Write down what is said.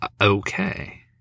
Okay